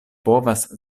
povas